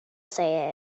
say